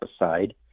aside